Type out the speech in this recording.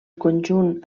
conjunt